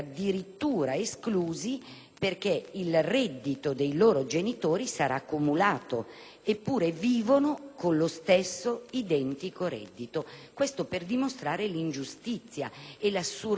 che il reddito dei loro genitori sarà cumulato; eppure vivono con lo stesso identico reddito. Questo per dimostrare l'ingiustizia, l'assurdità di quanto